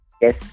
Yes